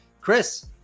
Chris